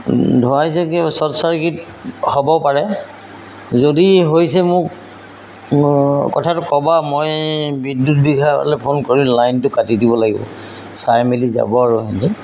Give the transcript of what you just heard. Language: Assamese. ধুৱাইছে শ্বৰ্ট চাৰ্কিট হ'ব পাৰে যদি হৈছে মোক কথাটো ক'বা মই বিদ্যুৎ বিভাগলৈ ফোন কৰিম লাইনটো কাটি দিব লাগিব চাই মেলি যাব আৰু সিহঁতে